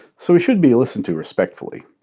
so he should be listened to respectfully.